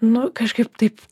nu kažkaip taip